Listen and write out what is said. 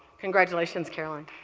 congratulations, caroline.